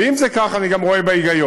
ואם זה כך, אני גם רואה בה היגיון.